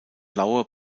blaue